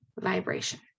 vibration